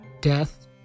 death